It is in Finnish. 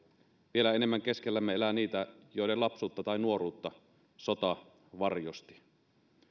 vielä enemmän keskellämme elää niitä joiden lapsuutta tai nuoruutta sota varjosti